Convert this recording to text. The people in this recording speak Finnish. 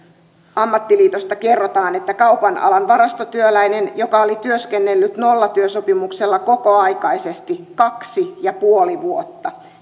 ammattiliitosta kerrotaan kaupan alan varastotyöläisestä joka oli työskennellyt nollatyösopimuksella kokoaikaisesti kaksi pilkku viisi vuotta